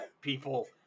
people